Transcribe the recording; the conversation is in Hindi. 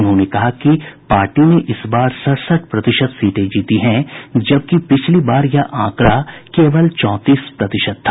उन्होंने कहा कि पार्टी ने इस बार सड़सठ प्रतिशत सीटें जीती हैं जबकि पिछली बार यह आंकड़ा केवल चौंतीस प्रतिशत था